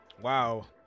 Wow